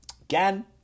Again